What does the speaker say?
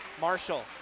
Marshall